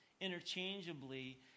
interchangeably